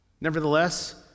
Nevertheless